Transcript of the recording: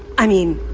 i mean,